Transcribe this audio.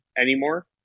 anymore